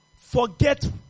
Forget